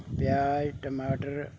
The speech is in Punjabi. ਪਿਆਜ ਟਮਾਟਰ